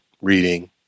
reading